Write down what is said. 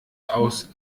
aus